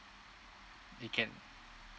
I can't